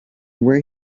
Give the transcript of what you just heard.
where